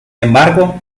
embargo